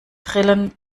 grillen